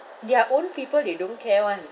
their own people they don't care [one]